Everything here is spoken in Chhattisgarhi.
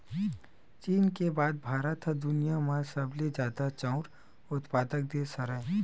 चीन के बाद भारत ह दुनिया म सबले जादा चाँउर उत्पादक देस हरय